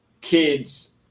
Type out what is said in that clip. kids